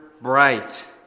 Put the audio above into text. bright